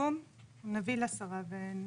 מכוונה נכונה וטובה.